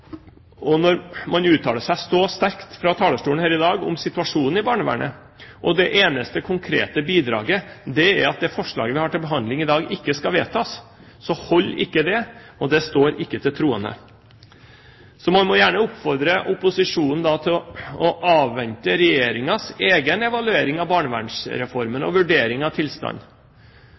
på. Når man uttaler seg så sterkt fra talerstolen her i dag om situasjonen i barnevernet og det eneste konkrete bidraget er at det forslaget vi har til behandling i dag, ikke skal vedtas, så holder ikke det, og det står ikke til troende. Man må gjerne oppfordre opposisjonen til å avvente Regjeringens egen evaluering av barnevernsreformen og vurdering av